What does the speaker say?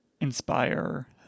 inspire